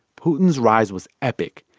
putin's rise was epic.